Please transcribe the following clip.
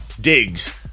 digs